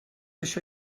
això